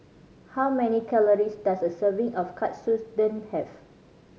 how many calories does a serving of Katsudon have